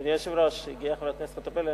אדוני היושב-ראש, הגיעה חברת הכנסת חוטובלי.